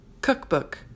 Cookbook